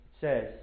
says